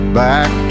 back